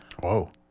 Whoa